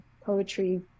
poetry